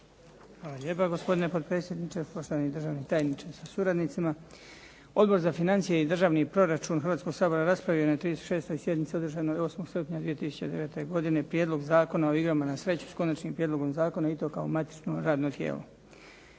Hvala lijepa gospodine potpredsjedniče, poštovani državni tajniče sa suradnicima. Odbor za financije i državni proračun Hrvatskog sabora raspravio je na 36. sjednici održanoj 8. srpnja 2009. godine Prijedlog zakona o igrama na sreću s Konačnim prijedlogom zakona i to kao matično radno tijelo.